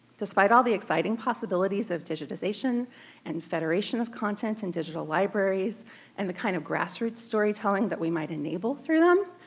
despite all the exciting possibilities of digitization and federation of content and digital libraries and the kind of grassroots storytelling that we might enable through them,